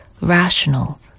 rational